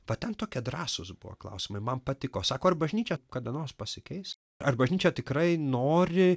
va ten tokie drąsūs buvo klausimai man patiko sako ar bažnyčia kada nors pasikeis ar bažnyčia tikrai nori